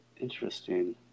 Interesting